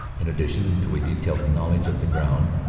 in addition to a detailed knowledge of the ground,